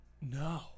No